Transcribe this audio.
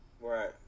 Right